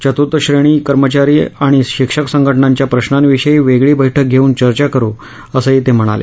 चतूर्थश्रेणी कर्मचारी आणि शिक्षक संघटनांच्या प्रशांविषयी वेगळी बैठक घेऊन चर्चा करु असं ते म्हणाले